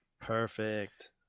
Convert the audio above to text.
Perfect